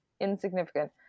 insignificant